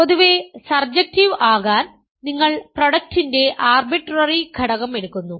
പൊതുവേ സർജക്റ്റീവ് ആകാൻ നിങ്ങൾ പ്രൊഡക്റ്റ്ന്റെ ആർബിട്രറി ഘടകം എടുക്കുന്നു